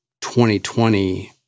2020